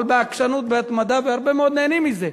אבל בעקשנות, בהתמדה, והרבה מאוד נהנים מזה.